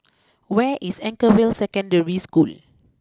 where is Anchorvale Secondary School